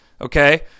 okay